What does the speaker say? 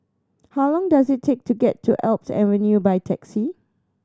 how long does it take to get to Alps Avenue by taxi